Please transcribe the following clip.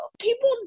People